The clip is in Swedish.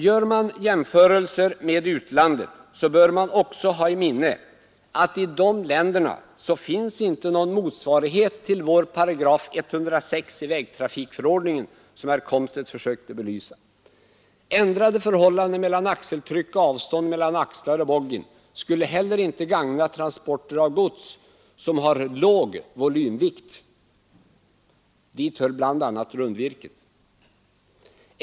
Gör man jämförelser med utlandet bör man också hålla i minnet att i dessa länder finns inte någon motsvarighet till vår 106 § i vägtrafikförordningen, som herr Komstedt försökte belysa. Ändrade förhållanden mellan axeltryck och avstånd mellan axlar och boggin skulle heller inte gagna transporter av gods som har låg volymvikt. Dit hör bl.a. rundvirke.